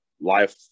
life